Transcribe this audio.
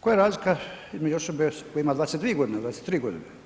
koja je razlika između osobe koja ima 22 godine, 23 godine?